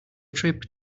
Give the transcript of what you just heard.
trip